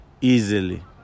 easily